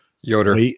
yoder